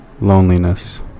loneliness